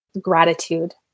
Gratitude